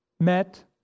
met